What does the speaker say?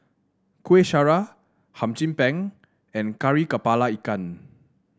Kueh Syara Hum Chim Peng and Kari kepala Ikan